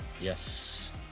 Yes